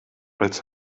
als